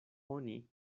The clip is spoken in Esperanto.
oni